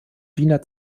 wiener